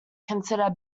consider